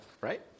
Right